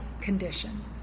condition